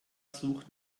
sucht